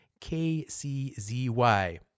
KCZY